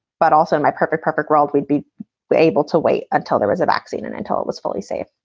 but also my perfect, perfect world. we'd be able to wait until there is a vaccine and until it was fully safe